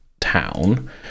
town